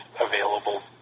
available